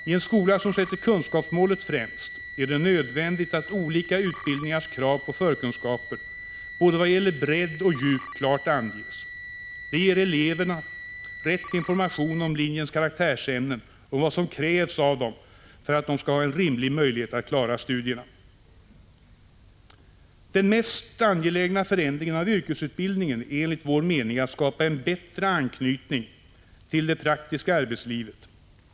I en skola som sätter kunskapsmålet främst är det nödvändigt att olika utbildningars krav på förkunskaper vad gäller både bredd och djup klart anges. Det ger eleven rätt information om linjens karaktärsämnen och om vad som krävs för att denne skall ha en rimlig möjlighet att klara studierna. Den mest angelägna förändringen av yrkesutbildningen är enligt vår mening att skapa en bättre anknytning till det praktiska arbetslivet.